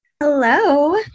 Hello